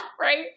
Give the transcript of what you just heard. Right